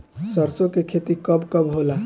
सरसों के खेती कब कब होला?